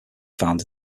found